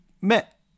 met